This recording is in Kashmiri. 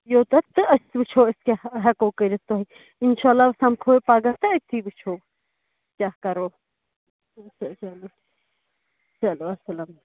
یوٚتَتھ تہٕ أسۍ وٕچھو أسۍ کیٛاہ ہٮ۪کو کٔرِتھ تۄہہِ اِنشاء اللہُ سَمکھو پگاہ تہٕ أتھٕے وٕچھو کیٛاہ کَرو چلو چلو اَسلامُ علیکُم